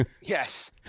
Yes